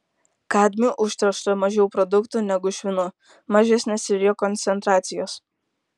kadmiu užteršta mažiau produktų negu švinu mažesnės ir jo koncentracijos